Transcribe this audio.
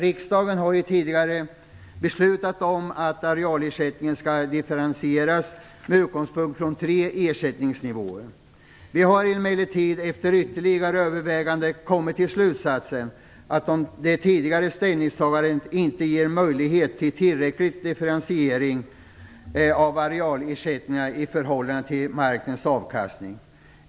Riksdagen har ju tidigare beslutat att arealersättningen skall differentieras med utgångspunkt från tre ersättningsnivåer. Vi har emellertid efter ytterligare överväganden kommit till slutsatsen att det tidigare ställningstagandet inte ger möjlighet till tillräcklig differentiering av arealersättningarna i förhållande till markens avkastning.